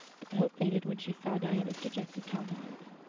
but the hope faded when she saw diana's dejected countenance.